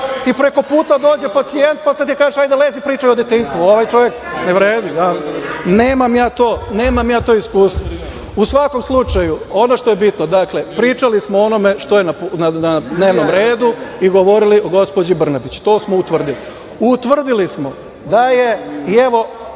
ti prekoputa dođe pacijent, pa sad ti kažeš – hajde lezi, pričaj o detinjstvu. Ovaj čovek, ne vredi. Nemam ja to iskustvo.U svakom slučaju, ono što je bitno, dakle, pričali smo o onome što je na dnevnom redu i govorili o gospođi Brnabić. To smo utvrdili. Utvrdili smo, i evo